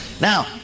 Now